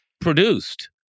produced